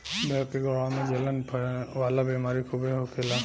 भेड़ के गोड़वा में जलन वाला बेमारी खूबे होखेला